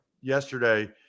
yesterday